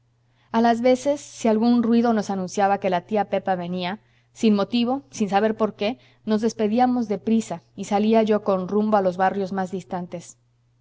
a las veces si algún ruido nos anunciaba que tía pepa venía sin motivo sin saber por qué nos despedíamos de prisa y salía yo con rumbo a los barrios más distantes